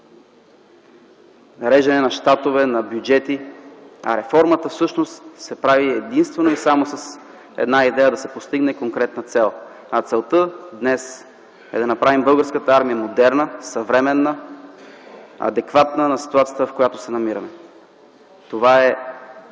рязане на щатове, на бюджети, а реформата всъщност се прави единствено и само с една идея – да се постигне конкретна цел. Целта днес е да направим Българската армия модерна, съвременна, адекватна на ситуацията, в която се намираме. Това е